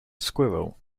squirrel